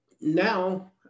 now